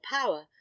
power